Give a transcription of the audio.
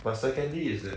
but secondly is that